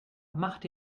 machte